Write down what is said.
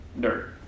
dirt